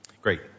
Great